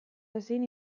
ezin